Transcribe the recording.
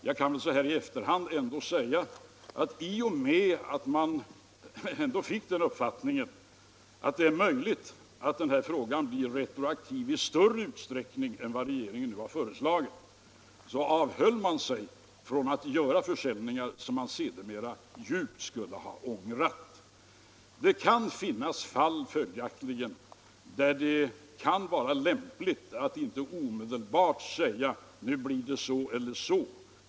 Men så här i efterhand kan jag väl ändå säga, att i och med att man fick den uppfattningen att lagen möjligen skulle bli retroaktiv i större utsträckning än vad regeringen nu har föreslagit, så avhöll man sig från att göra försäljningar som man sedermera skulle ha ångrat djupt. Det kan, menar jag, finnas situationer där det kan vara lämpligt att inte omedelbart säga att nu blir det så eller så.